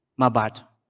Mabato